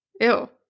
ew